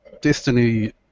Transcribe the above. Destiny